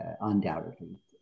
undoubtedly